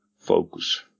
focus